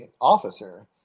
officer